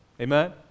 Amen